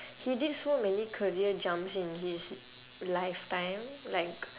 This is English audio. he did so many career jumps in his lifetime like